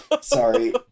Sorry